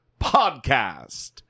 podcast